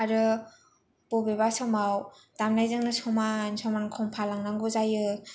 आरो बबेबा समाव दामनायजोंनो समान समान खनफालांनांगौ जायो